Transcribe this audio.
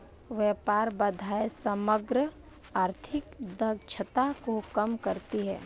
व्यापार बाधाएं समग्र आर्थिक दक्षता को कम करती हैं